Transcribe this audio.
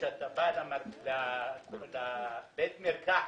כשאתה בא לבית המרקחת,